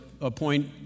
appoint